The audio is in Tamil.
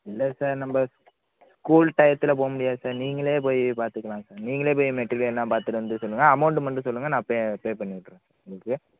இல்லை சார் நம்ம ஸ்கூல் டயத்தில் போகமுடியாது சார் நீங்களே போய் பார்த்துக்கலாம் சார் நீங்களே போய் மெட்டீரியல் எல்லாம் பார்த்துட்டு வந்து சொல்லுங்கள் அமௌண்டு மட்டும் சொல்லுங்கள் நான் பே பே பண்ணி விட்டர்றேன் உங்களுக்கு